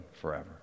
forever